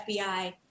FBI